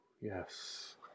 Yes